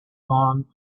gone